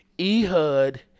Ehud